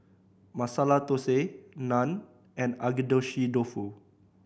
Masala Dosa Naan and Agedashi Dofu